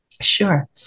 sure